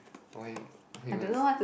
why what he wants